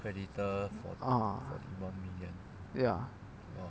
ah ya